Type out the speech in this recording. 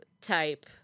type